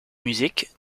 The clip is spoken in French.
musique